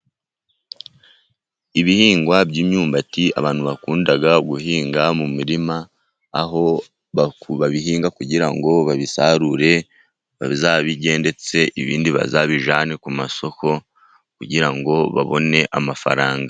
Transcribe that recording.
Ibihingwa by'imyumbati abantu bakunda guhinga mu mirima, aho babihinga kugira ngo babisarure bazabirye, ibindi bazabijyane ku masoko kugira ngo babone amafaranga.